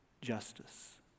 justice